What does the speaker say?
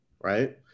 right